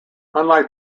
unlike